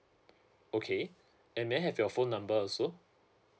okay and may I have your phone number also